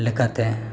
ᱞᱮᱠᱟᱛᱮ